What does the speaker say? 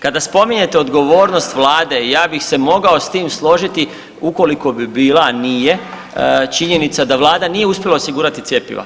Kada spominjete odgovornost vlade ja bih se mogao s tim složiti ukoliko bi bila, a nije, činjenica da vlada nije osigurati cjepiva.